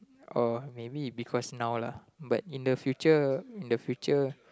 or maybe because now lah but in the future in the future